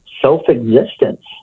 self-existence